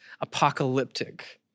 apocalyptic